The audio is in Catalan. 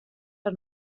per